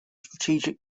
strategic